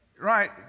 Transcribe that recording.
Right